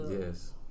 Yes